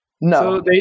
No